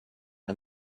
and